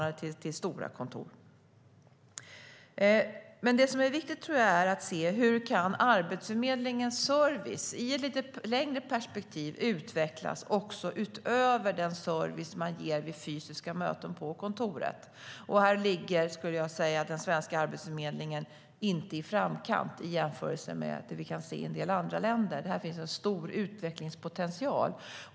Det är dock viktigt att se hur Arbetsförmedlingens service kan utvecklas, i ett lite längre perspektiv, också utöver den service de ger vid fysiska möten på kontoren. Den svenska arbetsförmedlingen ligger inte i framkant när det gäller detta, jämfört med andra länder. Här finns det stor utvecklingspotential.